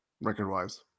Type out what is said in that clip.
Record-wise